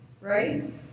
Right